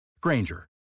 Granger